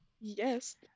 yes